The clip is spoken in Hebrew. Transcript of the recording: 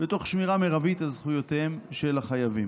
ותוך שמירה מרבית על זכויותיהם של החייבים,